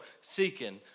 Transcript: seeking